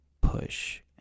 push